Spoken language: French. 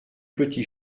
petit